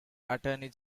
attorney